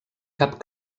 cap